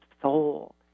soul